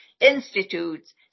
institutes